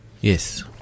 Yes